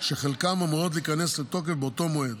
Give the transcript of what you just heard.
שחלקן אמורות להיכנס לתוקף באותו מועד,